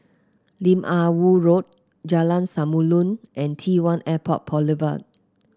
Lim Ah Woo Road Jalan Samulun and T one Airport Boulevard